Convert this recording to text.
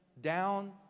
down